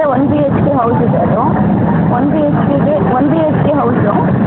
ಅಂದರೆ ಒಂದು H P house ಇದೆ ಅದು ಒಂದು ಎಚ್ ಪಿಕೆ ಒಂದು ಹೆಚ್ ಪಿ ಹೌಸು